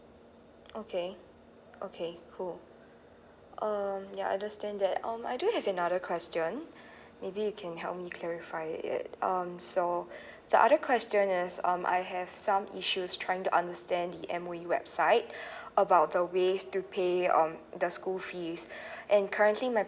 okay okay cool um ya I understand that um I do have another question maybe you can help me clarify it um so the other question is um I have some issues trying to understand the M_O_E website about the ways to pay um the school fees and currently my